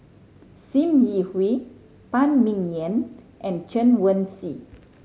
Sim Yi Hui Phan Ming Yen and Chen Wen Hsi